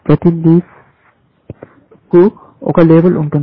ప్రతి లీఫ్కు ఒక లేబుల్ ఉంటుంది